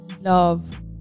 love